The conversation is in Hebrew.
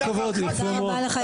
תודה רבה לך.